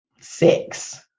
six